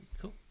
cool